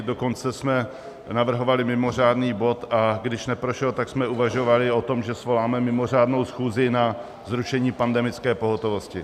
Dokonce jsme navrhovali mimořádný bod, a když neprošel, tak jsme uvažovali o tom, že svoláme mimořádnou schůzi na zrušení pandemické pohotovosti.